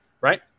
right